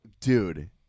dude